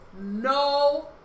No